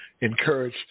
Encourage